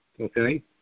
okay